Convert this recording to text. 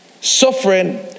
suffering